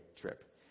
trip